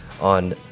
on